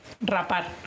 rapar